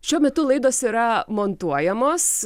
šiuo metu laidos yra montuojamos